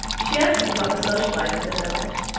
she asked them about the social life in the village,